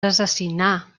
assassinar